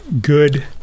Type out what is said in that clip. good